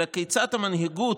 אלא כיצד המנהיגות,